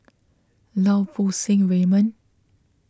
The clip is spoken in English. Lau Poo Seng Raymond